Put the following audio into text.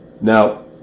Now